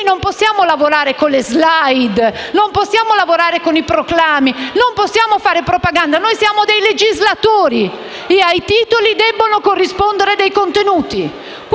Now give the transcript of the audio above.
qui non possiamo lavorare con le *slide*, con i proclami, non possiamo fare propaganda, noi siamo dei legislatori e ai titoli debbono corrispondere dei contenuti!